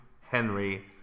Henry